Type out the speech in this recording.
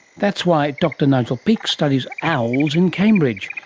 that's why dr nigel peake studies owls in cambridge,